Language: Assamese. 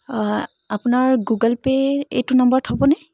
আপোনাৰ গুগল পে' এইটো নাম্বাৰত হ'বনে